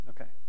Okay